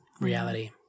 reality